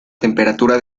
temperatura